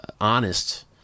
honest